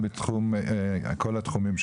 מכל הכאבים,